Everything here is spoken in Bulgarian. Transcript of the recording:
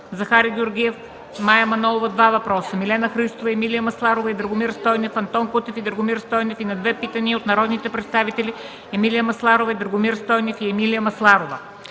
Захари Георгиев, Мая Манолова (два въпроса), Милена Христова, Емилия Масларова и Драгомир Стойнев, Антон Кутев, и Драгомир Стойнев и на две питания от народните представители Емилия Масларова, и Драгомир Стойнев и Емилия Масларова.